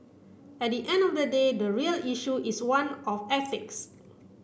at the end of the day the real issue is one of ethics